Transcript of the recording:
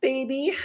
baby